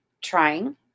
trying